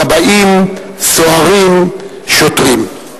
כבאים, סוהרים, שוטרים.